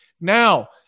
Now